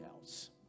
else